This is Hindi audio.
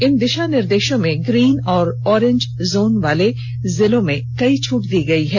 इन दिशा निर्देशों में ग्रीन और ऑरेंज जोन वाले जिलों में कई छूट दी गई हैं